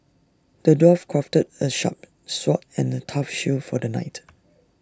the dwarf crafted A sharp sword and A tough shield for the knight